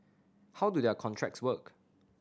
how do their contracts work